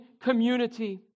community